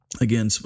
Again